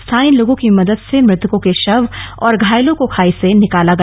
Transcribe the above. स्थानीय लोगों की मदद से मृतकों के शव और घायलों को खाई से निकाला गया